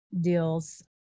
deals